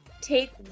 Take